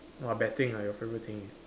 !wah! betting ah your favourite thing ah